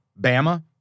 Bama